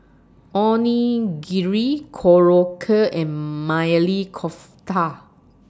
Onigiri Korokke and Maili Kofta